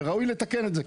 וראוי לתקן את זה,